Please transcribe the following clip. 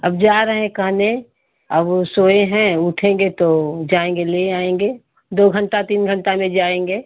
अब जा रहे हैं कहने अब वो सोए हैं उठेंगे तो वो जाएँगे ले आएँगे दो घंटा तीन घंटा में जाएँगे